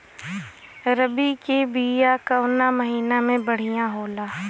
रबी के बिया कवना महीना मे बढ़ियां होला?